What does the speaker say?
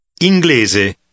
Inglese